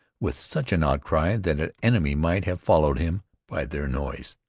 with such an outcry that an enemy might have followed him by their noise,